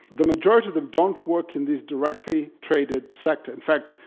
the majority of them don't work in these directly traded sectors. in fact,